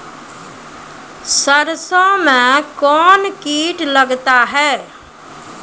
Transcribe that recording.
सरसों मे कौन कीट लगता हैं?